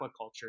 aquaculture